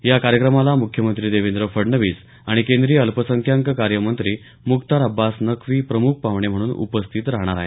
या कार्यक्रमाला मुख्यमंत्री देवेंद्र फडणवीस आणि केंद्रीय अल्पसंख्याक कार्यमंत्री मुख्तार अब्बास नकवी प्रमुख पाहणे म्हणून उपस्थित राहणार आहेत